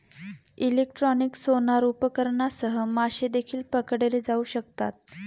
electronic sonar उपकरणांसह मासे देखील पकडले जाऊ शकतात